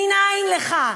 מנין לך?